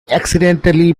accidentally